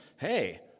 hey